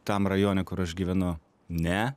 tam rajone kur aš gyvenu ne